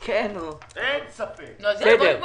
אין ספק שצריך לתקן את העוול הזה.